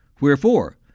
Wherefore